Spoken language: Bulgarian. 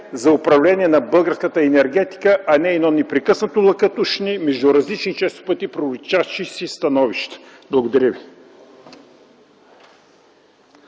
за управление на българската енергетика, а не непрекъснато лъкатушене между различни, често пъти противоречащи си становища. Благодаря.